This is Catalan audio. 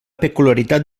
peculiaritat